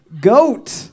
Goat